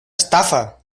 estafa